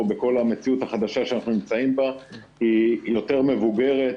במציאות הקשה שאנחנו נמצאים בה היא יותר מבוגרת,